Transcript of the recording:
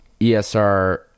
ESR